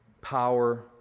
power